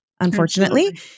unfortunately